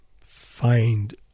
find